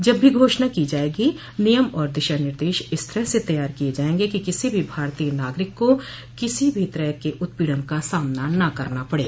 जब भी घोषणा की जायेगी नियम और दिशा निर्देश इस तरह से तैयार किए जाएंगे कि किसी भी भारतीय नागरिक को किसी भी तरह के उत्पीड़न का सामना न करना पडे